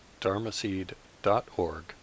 dharmaseed.org